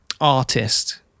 artist